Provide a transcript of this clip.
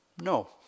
No